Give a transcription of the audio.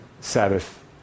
Sabbath